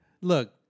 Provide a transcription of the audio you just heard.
Look